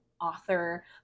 author